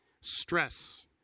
stress